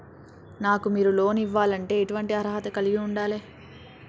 నాకు మీరు లోన్ ఇవ్వాలంటే ఎటువంటి అర్హత కలిగి వుండాలే?